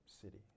city